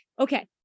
Okay